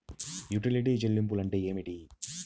యుటిలిటీల చెల్లింపు అంటే ఏమిటి?